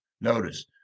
Notice